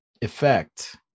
effect